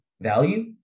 value